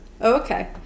okay